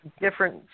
different